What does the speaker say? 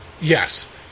Yes